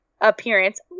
appearance